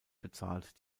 bezahlt